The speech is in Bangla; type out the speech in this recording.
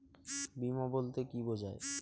বিমা বলতে কি বোঝায়?